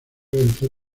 vencer